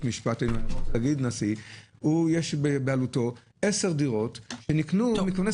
שנשיא יש בבעלותו עשר דירות שנקנו מכונס